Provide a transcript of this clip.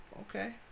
Okay